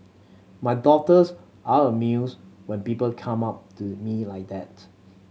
my daughters are amused when people come up to me like that